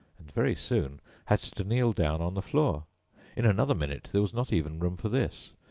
and very soon had to kneel down on the floor in another minute there was not even room for this,